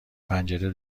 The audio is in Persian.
پنجره